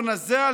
נור נזאל,